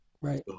Right